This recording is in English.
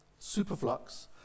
Superflux